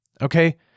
Okay